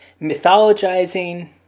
mythologizing